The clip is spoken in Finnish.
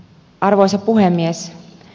arvoisa puhemies